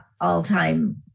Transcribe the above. all-time